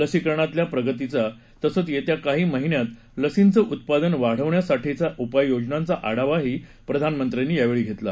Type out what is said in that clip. लसीकरणातल्या प्रगतीचा तसंच येत्या काही महिन्यात लसींचं उत्पादन वाढवण्यासाठीच्या उपाययोजनांचा आढावाही प्रधानमंत्र्यांनी घेतला